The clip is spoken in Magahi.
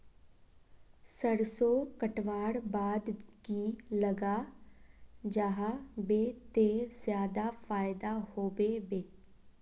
सरसों कटवार बाद की लगा जाहा बे ते ज्यादा फायदा होबे बे?